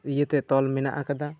ᱤᱭᱟᱹ ᱛᱮ ᱛᱚᱞ ᱢᱮᱱᱟᱜ ᱟᱠᱟᱫᱟ